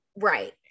Right